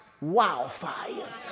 wildfire